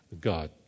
God